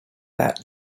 that